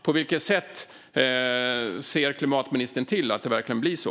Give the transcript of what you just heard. På vilket sätt ser klimatministern till att det verkligen blir så?